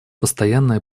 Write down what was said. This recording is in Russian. постоянная